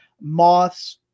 Moth's